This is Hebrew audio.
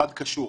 צד קשור,